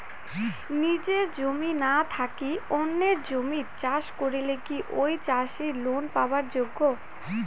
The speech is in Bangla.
নিজের জমি না থাকি অন্যের জমিত চাষ করিলে কি ঐ চাষী লোন পাবার যোগ্য?